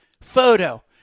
photo